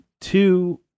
two